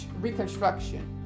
reconstruction